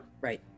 right